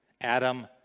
Adam